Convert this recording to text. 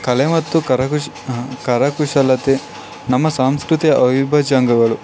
ಕಲೆ ಮತ್ತು ಕರಕುಶಲ ಕರಕುಶಲತೆ ನಮ್ಮ ಸಂಸ್ಕೃತಿಯ ಅವಿಭಾಜ್ಯ ಅಂಗಗಳು